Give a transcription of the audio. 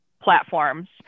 Platforms